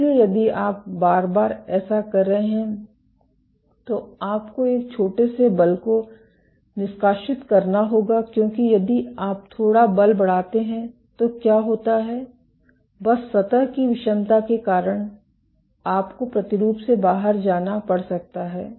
इसलिए यदि आप बार बार ऐसा कर रहे हैं तो आपको एक छोटे से बल को निष्कासित करना होगा क्योंकि यदि आप थोड़ा बल नहीं बढ़ाते हैं तो क्या होता है बस सतह की विषमता के कारण आपको प्रतिरूप से बाहर जाना पड़ सकता है